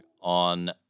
on